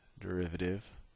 derivative